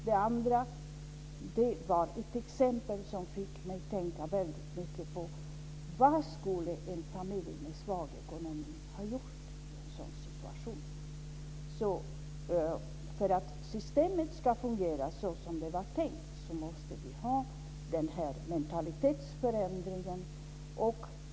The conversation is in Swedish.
Det andra var ett exempel som fick mig att tänka väldigt mycket på vad en familj med svag ekonomi skulle ha gjort i en sådan situation. För att systemet ska fungera som det var tänkt måste vi ha denna mentalitetsförändring.